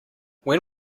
when